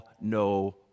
no